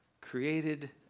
created